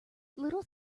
little